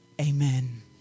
amen